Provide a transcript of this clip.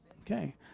Okay